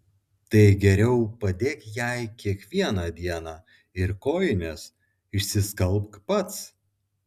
tai geriau padėk jai kiekvieną dieną ir kojines išsiskalbk pats